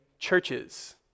Churches